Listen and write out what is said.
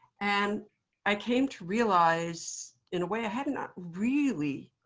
and i came to realize, in a way i had not really